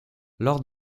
lors